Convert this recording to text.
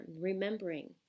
remembering